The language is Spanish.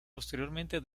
posteriormente